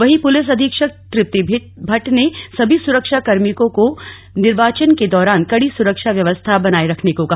वहीं पुलिस अधीक्षक तृप्ति भट्ट ने सभी सुरक्षा कार्मिकों को निर्वाचन के दौरान कड़ी सुरक्षा व्यवस्था बनाए रखने को कहा